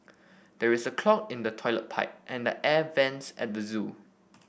there is a clog in the toilet pipe and the air vents at the zoo